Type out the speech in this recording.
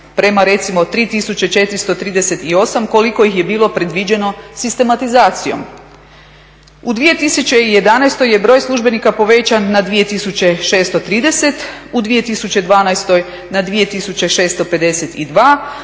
prema recimo 3438 koliko ih je bilo predviđeno sistematizacijom. U 2011. je broj službenika povećan na 2630, u 2012. na 2652,